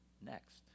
next